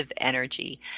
energy